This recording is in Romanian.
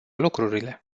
lucrurile